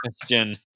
question